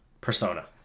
Persona